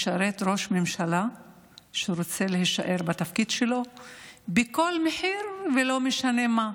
משרת ראש ממשלה שרוצה להישאר בתפקיד שלו בכל מחיר ולא משנה מה.